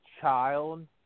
child